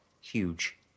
huge